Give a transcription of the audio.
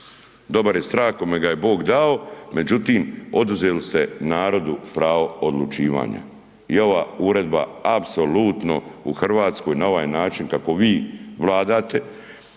dobar je strah kome ga je Bog dao, međutim oduzeli ste narodu pravo odlučivanja i ova uredba apsolutno u RH na ovaj način kako vi vladate,